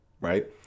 right